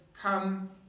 come